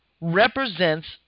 represents